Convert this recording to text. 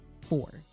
four